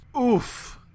Oof